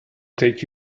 take